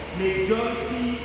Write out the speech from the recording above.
majority